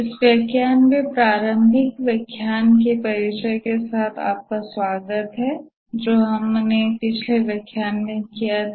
इस व्याख्यान में प्रारंभिक व्याख्यान के परिचय के साथ आपका स्वागत है जो हमारे पास पिछले व्याख्यान में था